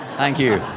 thank you.